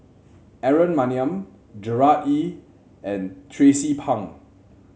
Aaron Maniam Gerard Ee and Tracie Pang